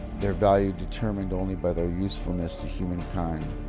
their value determined only by their usefulness to humankind,